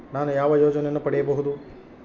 ನಾನು ಯಾವ ಯೋಜನೆಯನ್ನು ಪಡೆಯಬಹುದು?